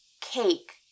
cake